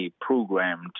programmed